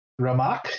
Ramak